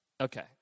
Okay